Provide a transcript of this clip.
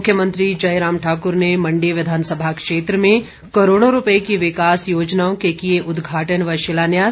मुख्यमंत्री जयराम ठाकुर ने मण्डी विधानसभा क्षेत्र में करोड़ों रूपए की विकास योजनाओं के किए उद्घाटन व शिलान्यास